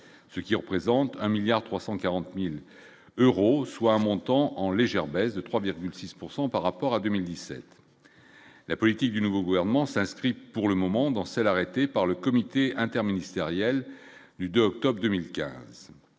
ce qui représente un milliard 340000 euros, soit un montant en légère baisse de 3,6 pourcent par rapport à 2017, la politique du nouveau gouvernement s'inscrit pour le moment dans celles arrêtées par le comité interministériel du d'octobre 2015,